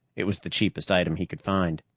it was the cheapest item he could find.